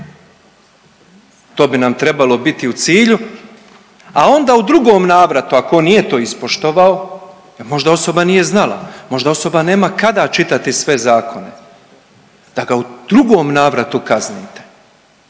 to bi nam trebalo biti u cilju, a onda u drugom navratu ako on to nije ispoštovao jel možda osoba nije znala, možda osoba nema kada čitati sve zakone da ga u drugom navratu kaznite,